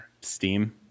Steam